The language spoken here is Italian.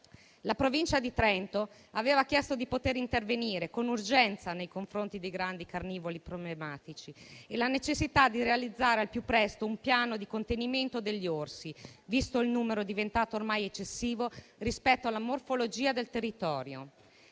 La Provincia di Trento aveva chiesto di poter intervenire con urgenza nei confronti dei grandi carnivori problematici e sottolineato la necessità di realizzare al più presto un piano di contenimento degli orsi, visto il numero diventato ormai eccessivo rispetto alla morfologia del territorio.